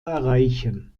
erreichen